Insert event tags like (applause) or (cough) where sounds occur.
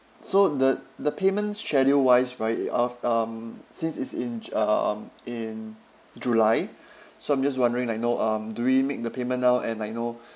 so the the payment schedule wise right it of um since it's in um in july so I'm just wondering like you know um do we make the payment now and like you know (breath)